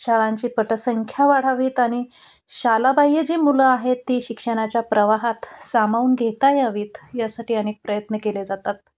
शाळांची पटसंख्या वाढावीत आणि शालाबाह्य जी मुलं आहेत ती शिक्षणाच्या प्रवाहात सामावून घेता यावीत यासाठी अनेक प्रयत्न केले जातात